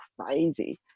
crazy